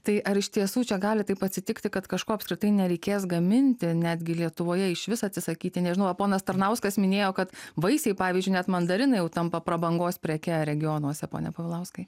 tai ar iš tiesų čia gali taip atsitikti kad kažko apskritai nereikės gaminti netgi lietuvoje išvis atsisakyti nežinau ar ponas tarnauskas minėjo kad vaisiai pavyzdžiui net mandarinai jau tampa prabangos preke regionuose pone povilauskai